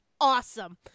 awesome